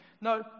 No